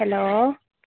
hello